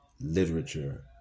literature